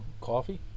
Coffee